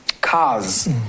cars